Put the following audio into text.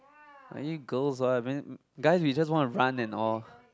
aren't you girls ah I mean guys we just want to run and all